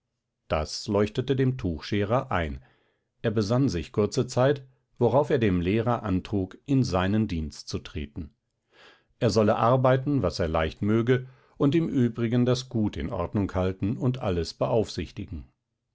das leuchtete dem tuchscherer ein er besann sich kurze zeit worauf er dem lehrer antrug in seinen dienst zu treten er solle arbeiten was er leicht möge und im übrigen das gut in ordnung halten und alles beaufsichtigen